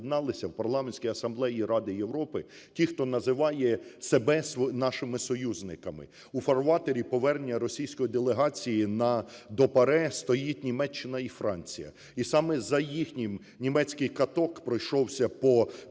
об'єдналися в Парламентській асамблеї Ради Європи ті, хто називає себе нашими союзниками. У фарватері повернення російської делегації до ПАРЄ стоїть Німеччина і Франція. І саме за їхнім… німецький каток пройшовся по ПАРЄ і